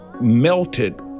melted